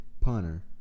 punter